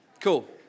Cool